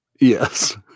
Yes